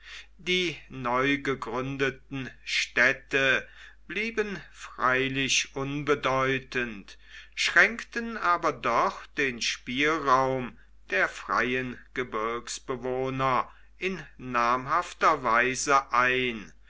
die neu gegründeten städte blieben freilich unbedeutend schränkten aber doch den spielraum der freien gebirgsbewohner in namhafter weise ein